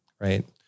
right